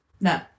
No